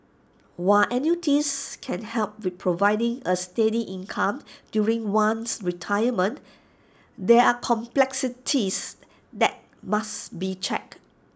while annuities can help with providing A steady income during one's retirement there are complexities that must be checked